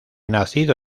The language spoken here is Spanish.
nacido